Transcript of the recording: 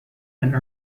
and